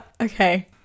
okay